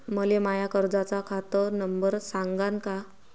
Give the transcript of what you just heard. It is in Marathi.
मले माया कर्जाचा खात नंबर सांगान का?